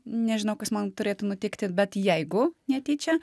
nežinau kas man turėtų nutikti bet jeigu netyčia